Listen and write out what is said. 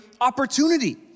opportunity